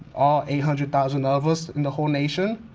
all eight hundred thousand of us in the whole nation,